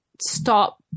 stop